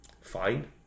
fine